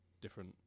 different